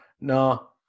No